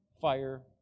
fire